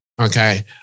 Okay